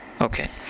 Okay